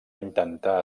intentar